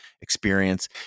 experience